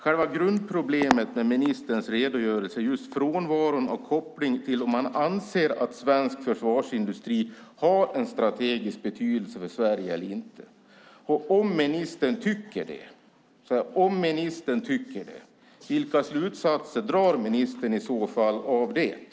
Själva grundproblemet med ministerns redogörelse är just frånvaron av koppling till om han anser att svensk försvarsindustri har en strategisk betydelse för Sverige eller inte. Om ministern tycker det, vilka slutsatser drar ministern i så fall av det?